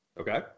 Okay